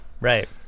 right